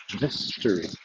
Mystery